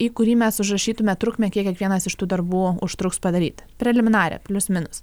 į kurį mes užrašytume trukmę kiek kiekvienas iš tų darbų užtruks padaryt preliminarią plius minus